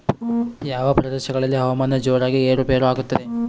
ಯಾವ ಪ್ರದೇಶಗಳಲ್ಲಿ ಹವಾಮಾನ ಜೋರಾಗಿ ಏರು ಪೇರು ಆಗ್ತದೆ?